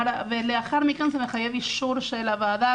לאחר מכן זה מחייב אישור של הוועדה.